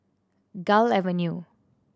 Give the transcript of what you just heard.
Gul Avenue